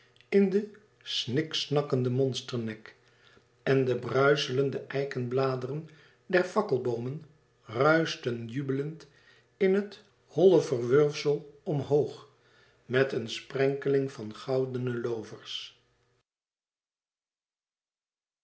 in den sniksnakkenden monsternek en de bruischelende eikenbladeren der fakkelboomen ruischten jubelend in het holleverwulfselomhoog met een sprenkeling van goudene loovers